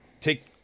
take